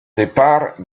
départ